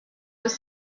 was